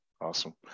Awesome